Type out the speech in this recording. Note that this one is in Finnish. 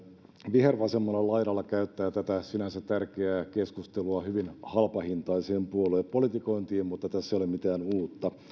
vihervasemmalla laidalla käyttää tätä sinänsä tärkeää keskustelua hyvin halpahintaiseen puoluepolitikointiin mutta tässä ei ole mitään uutta